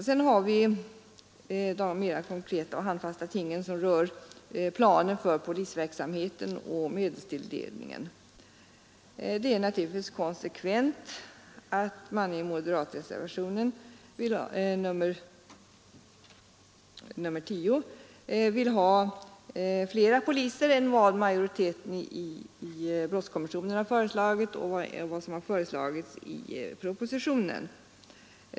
Sedan har vi de mera konkreta och handfasta tingen som rör planen för polisverksamheten och medelstilldelningen. Det är naturligtvis konsekvent att man i moderatreservationen nr 10 begär flera poliser än vad som har föreslagits av majoriteten i brottskommissionen och i propositionen.